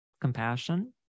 compassion